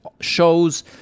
shows